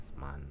man